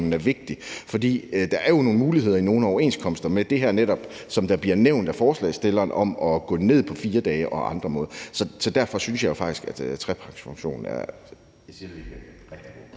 er vigtig, for der er jo nogle muligheder i nogle overenskomster for netop det her, der bliver nævnt af forslagsstilleren, om at gå ned på 4 dage og andet. Så derfor synes jeg faktisk, at trepartsfunktionen – jeg siger det lige igen – er rigtig god.